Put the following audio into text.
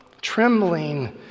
trembling